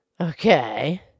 Okay